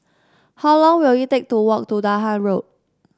how long will it take to walk to Dahan Road